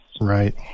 Right